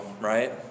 right